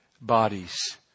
bodies